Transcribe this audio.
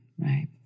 right